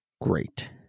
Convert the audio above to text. great